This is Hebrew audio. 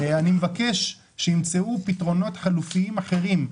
אני מבקש שימצאו פתרונות חלופיים אחרים,